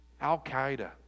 Al-Qaeda